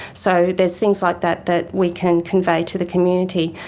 so there's things like that that we can convey to the community.